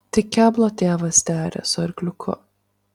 tik keblo tėvas tearė su arkliuku